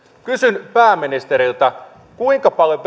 kysyn pääministeriltä kuinka paljon